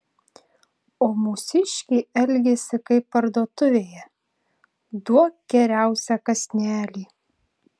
o mūsiškiai elgiasi kaip parduotuvėje duok geriausią kąsnelį